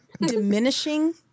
diminishing